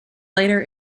later